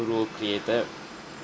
role created